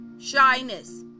shyness